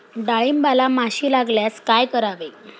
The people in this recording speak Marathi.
डाळींबाला माशी लागल्यास काय करावे?